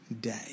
day